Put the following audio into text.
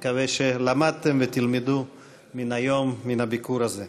אני מקווה שלמדתם ותלמדו מן היום, מן הביקור הזה.